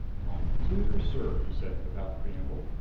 my dear sir, he said without preamble,